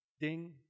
Ding